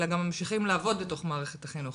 אלא גם ממשיכים לעבוד בתוך מערכת החינוך.